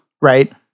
right